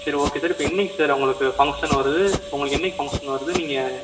சரி okay sir இப்போ என்னைக்கு சார் அவங்களுக்கு ஃபங்க்ஷன் வருது உங்களுக்கு என்னைக்கு ஃபங்க்ஷன் வருது நீங்கள்